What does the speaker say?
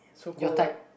your type